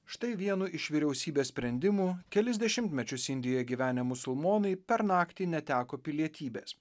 štai vienu iš vyriausybės sprendimų kelis dešimtmečius indijoje gyvenę musulmonai per naktį neteko pilietybės